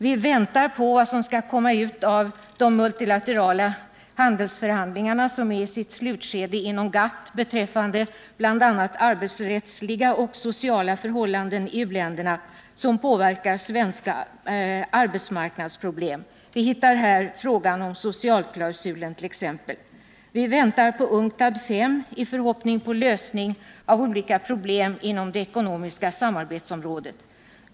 Vi väntar på vad som skall komma ut av de multilaterala handelsförhandlingarna, som är i sitt slutskede inom GATT beträffande bl.a. arbetsrättsliga och sociala förhållanden i u-länderna som påverkar svenska arbetsmarknadsproblem. Vi hittar här t.ex. frågan om socialklausulen. Vi väntar på UNCTAD V i förhoppning om lösning av olika problem inom det ekonomiska samarbetsområdet.